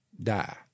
die